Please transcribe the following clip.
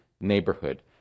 neighborhood